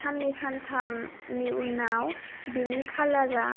साननै सानथामनि उनाव बेनि कालारा